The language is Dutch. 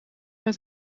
met